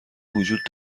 وجود